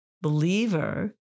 believer